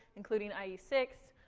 including i e six.